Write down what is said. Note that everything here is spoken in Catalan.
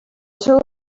seu